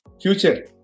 Future